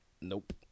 Nope